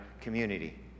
community